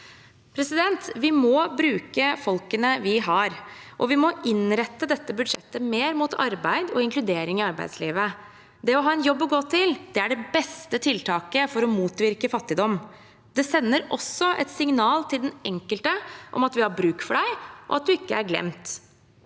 likevel. Vi må bruke folkene vi har, og vi må innrette dette budsjettet mer mot arbeid og inkludering i arbeidslivet. Det å ha en jobb å gå til er det beste tiltaket for å motvirke fattigdom. Det sender også et signal til den enkelte om at vi har bruk for deg, og at du ikke er glemt.